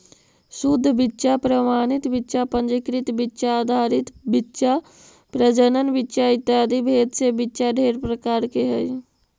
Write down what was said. शुद्ध बीच्चा प्रमाणित बीच्चा पंजीकृत बीच्चा आधार बीच्चा प्रजनन बीच्चा इत्यादि भेद से बीच्चा ढेर प्रकार के हई